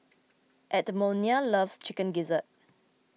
Edmonia loves Chicken Gizzard